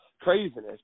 craziness